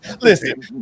Listen